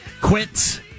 Quits